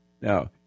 Now